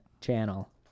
channel